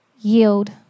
yield